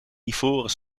ivoren